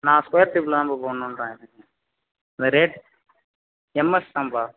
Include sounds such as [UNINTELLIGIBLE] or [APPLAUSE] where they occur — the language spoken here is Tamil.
நான் ஸ்கொயர் [UNINTELLIGIBLE] போடணும்றேன் ரேட் எம்எஸ்தான்பா